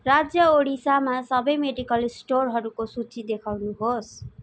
राज्य ओडिसामा सबै मेडिकल स्टोरहरूको सूची देखाउनुहोस्